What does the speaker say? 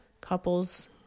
couples